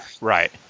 Right